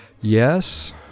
yes